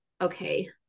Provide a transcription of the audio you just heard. okay